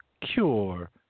cure